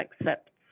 accepts